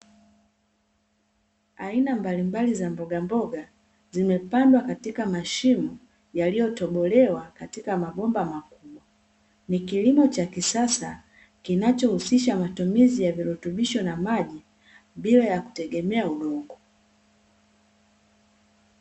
Aina mbalimbali za mbogamboga zimepandwa katika mashimo yaliyotobolewa katika mabomba makubwa, ni kilimo cha kisasa kinachohusisha matumizi ya virutubisho na maji bila ya kutegemea udongo.